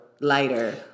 lighter